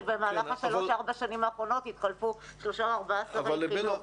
שבמהלך השלוש-ארבע השנים האחרונות התחלפו שלושה או ארבעה שרי חינוך.